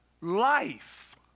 life